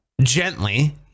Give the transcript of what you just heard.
gently